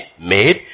made